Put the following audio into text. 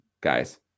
guys